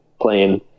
playing